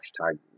hashtag